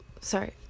Sorry